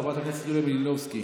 חברת הכנסת יוליה מלינובסקי